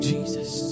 Jesus